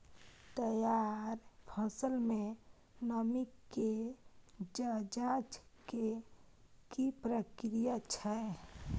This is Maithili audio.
तैयार फसल में नमी के ज जॉंच के की प्रक्रिया छै?